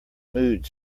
mood